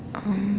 um